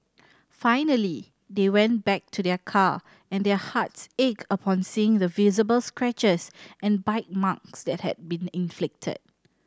finally they went back to their car and their hearts ached upon seeing the visible scratches and bite marks that had been inflicted